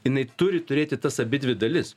jinai turi turėti tas abidvi dalis